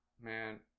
man